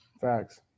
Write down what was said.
Facts